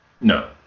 No